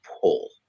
pull